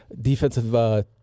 defensive